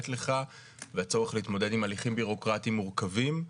לך והצורך להתמודד עם הליכים ביורוקרטיים מורכבים.